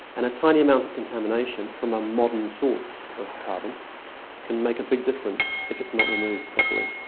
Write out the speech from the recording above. and a tiny amount of contamination from a modern source of carbon can make a big difference if it is not removed properly.